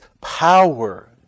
power